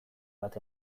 bat